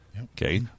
Okay